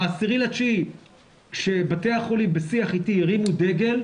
ב-10.9 כשבתי החולים בשיח איתי הרימו דגל,